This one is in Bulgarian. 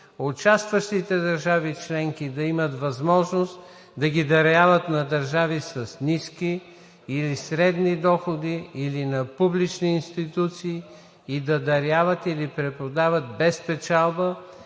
участващите държави членки да имат възможност да ги даряват на държави с ниски или средни доходи или на публични институции и да даряват или препродават без печалба